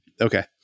Okay